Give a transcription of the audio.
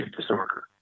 disorder